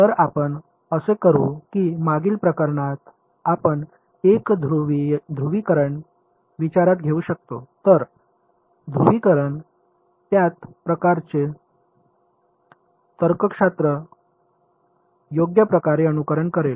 तर आपण असे करू की मागील प्रकरणात आपण 1 ध्रुवीकरण विचारात घेऊ शकतो इतर ध्रुवीकरण त्याच प्रकारचे तर्कशास्त्र योग्य प्रकारे अनुसरण करेल